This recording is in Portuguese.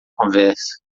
conversa